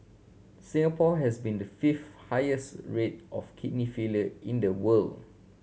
Singapore has been the fifth highest rate of kidney failure in the world